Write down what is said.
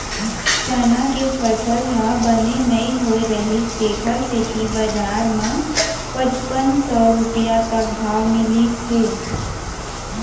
चना के फसल ह बने नइ होए रहिस तेखर सेती बजार म पचुपन सव रूपिया तक भाव मिलिस हे